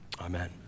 Amen